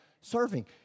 serving